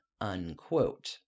Unquote